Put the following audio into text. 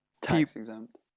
Tax-exempt